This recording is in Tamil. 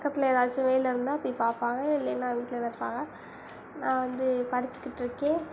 பக்கத்தில் ஏதாச்சும் வேலை இருந்தால் போய் பார்ப்பாங்க இல்லைன்னா வீட்டில்தான் இருப்பாங்க நான் வந்து படிச்சுக்கிட்ருக்கேன்